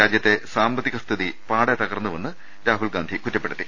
രാജ്യത്തെ സാമ്പത്തിക സ്ഥിതി പാടെ തകർന്നുവെന്ന് രാഹുൽഗാന്ധി കുറ്റപ്പെടുത്തി